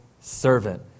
servant